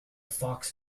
fox